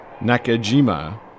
Nakajima